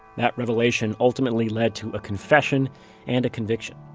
that revelation ultimately led to a confession and a conviction